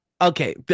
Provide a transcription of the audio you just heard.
Okay